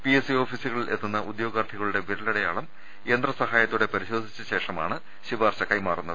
PSC ഓഫീസുകളിൽ എത്തുന്ന ഉദ്യോഗാർത്ഥികളുടെ വിര ലടയാളം യന്ത്രസഹായത്തോടെ പരിശോധിച്ചശേഷമാണ് ശുപാർശ കൈമാറുന്നത്